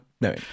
no